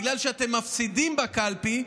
בגלל שאתם מפסידים בקלפי,